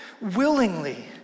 willingly